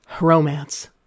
Romance